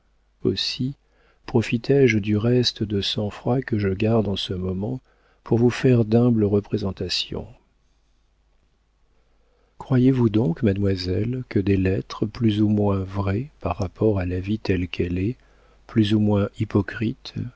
aussi profité je du reste de sang-froid que je garde en ce moment pour vous faire d'humbles représentations croyez-vous donc mademoiselle que des lettres plus ou moins vraies par rapport à la vie telle qu'elle est plus ou moins hypocrites